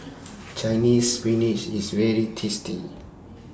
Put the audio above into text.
Chinese Spinach IS very tasty